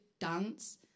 dance